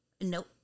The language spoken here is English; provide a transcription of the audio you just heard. Nope